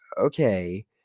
okay